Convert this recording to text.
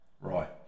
Right